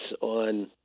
on